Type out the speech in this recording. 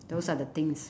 those are the things